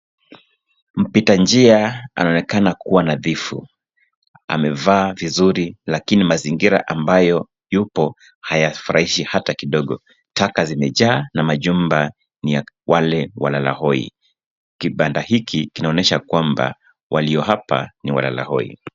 Mpita njia amejipamba kwa unadhifu na mavazi yake yanang’aa kwa ustadi, lakini mazingira anayokuwamo yanatuma ujumbe tofauti. Sakafu imejaa vumbi, na majengo yanayozunguka yanaashiria maisha ya walalahoi. Kibanda hiki ni kioo cha dhiki na mashaka ya kila siku.